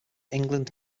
england